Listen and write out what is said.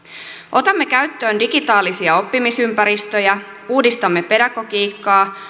otamme käyttöön digitaalisia oppimisympäristöjä uudistamme pedagogiikkaa